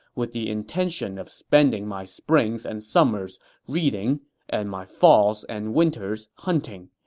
with the intention of spending my springs and summers reading and my falls and winters hunting,